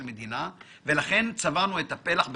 המדינה (לכן צבענו את הפלח בכחול-לבן)